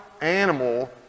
animal